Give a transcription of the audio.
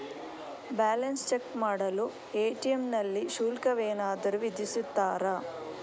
Balance check ಮಾಡಲು ATM ನಲ್ಲಿ ಶುಲ್ಕವೇನಾದರೂ ವಿಧಿಸುತ್ತಾರಾ?